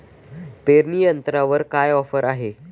पेरणी यंत्रावर काय ऑफर आहे?